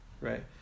right